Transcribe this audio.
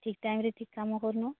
ଠିକ୍ ଟାଇମ୍ରେ ଠିକ୍ କାମ କରୁନ